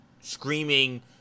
screaming